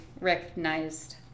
recognized